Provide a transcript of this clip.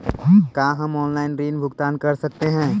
का हम आनलाइन ऋण भुगतान कर सकते हैं?